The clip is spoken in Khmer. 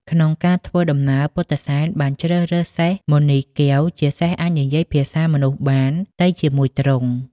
ក្នុងការធ្វើដំណើរពុទ្ធិសែនបានជ្រើសរើសសេះមណីកែវ ជាសេះអាចនិយាយភាសាមនុស្សបានទៅជាមួយទ្រង់។